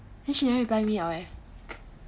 then she never reply me liao leh